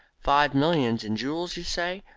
five millions in jewels, you say.